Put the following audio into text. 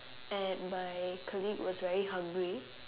and my colleague was very hungry